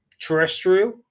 terrestrial